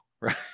right